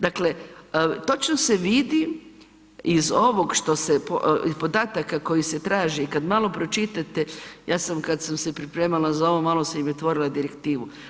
Dakle, točno se vidi iz ovog što se, podataka koji se traži i kad malo pročitate, ja sam, kad sam se pripremala za ovo, malo sam i otvorila direktivu.